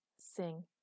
Sing